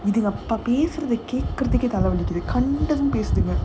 பேசுறத கேக்குறதுக்கே தல வலிக்குது:pesuratha kekurathukae thala valikuthu